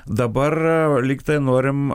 dabar lygtai norim